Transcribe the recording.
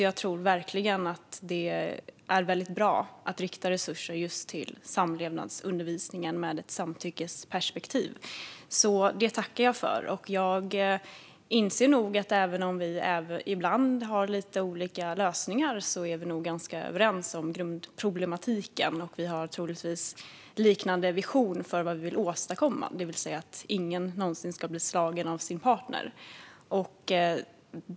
Jag tror verkligen att det är bra att rikta resurser mot just samlevnadsundervisningen, med ett samtyckesperspektiv. Detta tackar jag för. Jag inser att även om vi ibland har lite olika lösningar är vi nog ganska överens om grundproblematiken, och vi har troligtvis en liknande vision för vad vi vill åstadkomma, det vill säga att ingen någonsin ska bli slagen av sin partner.